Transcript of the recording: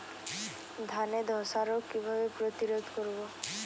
ধানে ধ্বসা রোগ কিভাবে প্রতিরোধ করব?